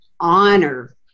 honor